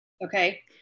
Okay